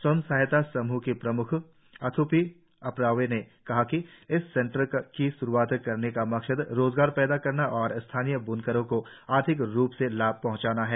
स्वयं सहायता सम्ह की प्रम्ख अथ्पी अपरावे ने कहा कि इस सेंटर की श्रुआत का मकसद रोजगार पैदा करना और स्थानीय ब्नकरो को आर्थिक रुप से लाभ पहंचाना है